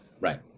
right